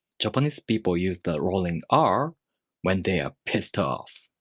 japanese people use the rolling r when they're pissed off.